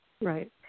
Right